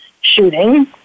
shooting